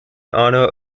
honor